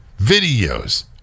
videos